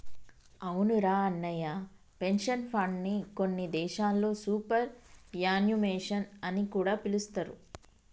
అవునురా అన్నయ్య పెన్షన్ ఫండ్ని కొన్ని దేశాల్లో సూపర్ యాన్యుమేషన్ అని కూడా పిలుస్తారు